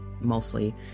mostly